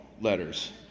letters